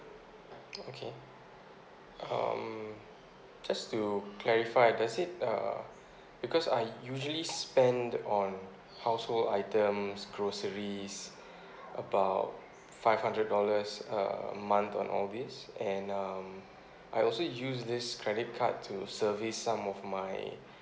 okay um just to clarify does it uh because I usually spend on household items groceries about five hundred dollars a month on all this and um I also use this credit card to service some of my